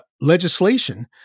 legislation